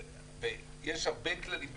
יש הרבה כללים במכרזים.